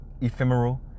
ephemeral